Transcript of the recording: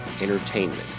Entertainment